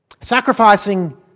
Sacrificing